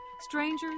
strangers